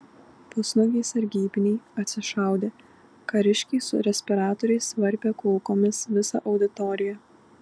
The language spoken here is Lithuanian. pusnuogiai sargybiniai atsišaudė kariškiai su respiratoriais varpė kulkomis visą auditoriją